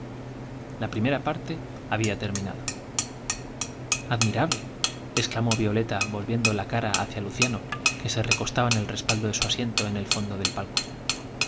la había terminado primera parte i admiable exclamó violeta volviendo la cara hacia luciano que se recostaba en el respaldo de su asiento en ef fondo del palco